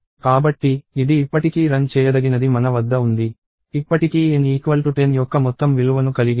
కాబట్టి ఇది ఇప్పటికీ రన్ చేయదగినది మన వద్ద ఉంది ఇప్పటికీ N 10 యొక్క మొత్తం విలువను కలిగి ఉంది